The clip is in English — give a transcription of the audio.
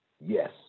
Yes